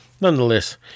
Nonetheless